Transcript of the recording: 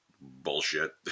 bullshit